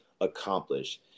accomplish